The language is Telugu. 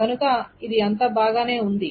కనుక ఇది అంతా బాగానే ఉంది